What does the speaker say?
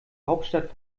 hauptstadt